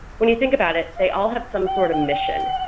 when you think about it they all have some sort of mission,